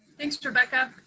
thanks, rebecca.